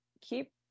keep